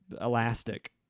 elastic